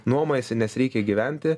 nuomojasi nes reikia gyventi